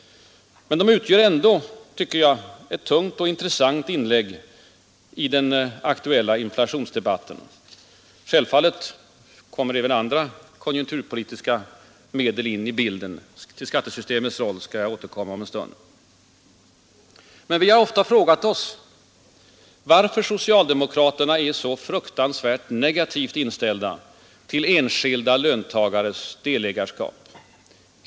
Men de utgör ändå, tycker jag, ett tungt och intressant inlägg i den aktuella inflationsdebatten. Självfallet kommer även andra konjunkturpolitiska medel in i bilden. Till skattesystemets roll skall jag återkomma om en stund. Vi har ofta frågat oss, varför socialdemokraterna är så fruktansvärt negativt inställda till enskilda löntagares delägarskap.